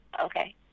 okay